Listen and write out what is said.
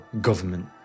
government